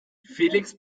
felix